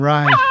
Right